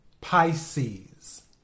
Pisces